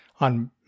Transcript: On